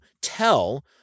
tell